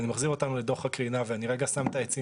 אני מחזיר אותנו רגע לדו"ח הקרינה ושם את העצים